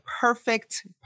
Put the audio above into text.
perfect